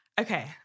Okay